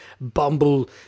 Bumble